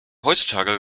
heutzutage